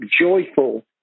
joyful